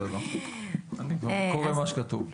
אני קורא מה שכתוב לי.